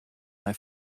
mei